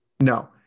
No